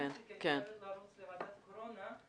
אני חייבת לרוץ לוועדת הקורונה.